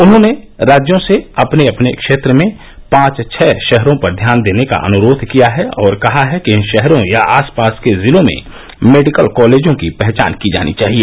उन्होंने राज्यों से अपने अपने क्षेत्र में पांच छह शहरों पर ध्यान देने का अनुरोध किया है और कहा है कि इन शहरों या आस पास के जिलों में मेडिकल कॉलेजों की पहचान की जानी चाहिए